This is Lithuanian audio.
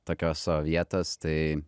tokios savo vietos tai